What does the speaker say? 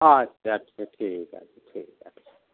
আচ্ছা আচ্ছা ঠিক আছে ঠিক আছে